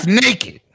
naked